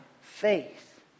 faith